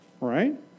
right